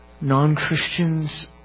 non-Christians